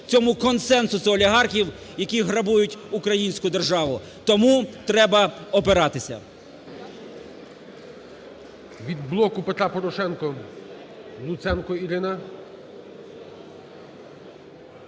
цьому консенсусу олігархів, які грабують українську державу. Тому треба опиратися. ГОЛОВУЮЧИЙ. Від "Блоку Петра Порошенка" Луценко Ірина.